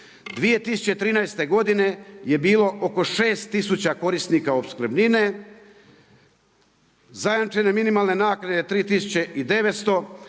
2013. godine je bilo oko 6 tisuća korisnika opskrbnine, zajamčene minimalne naknade 3900.